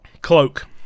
Cloak